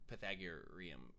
Pythagorean